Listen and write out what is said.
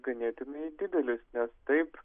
ganėtinai didelis nes taip